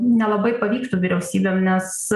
nelabai pavyktų vyriausybėm nes